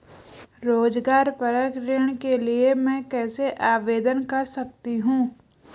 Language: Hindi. रोज़गार परक ऋण के लिए मैं कैसे आवेदन कर सकतीं हूँ?